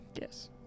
Yes